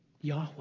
Yahweh